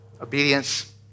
obedience